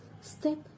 Step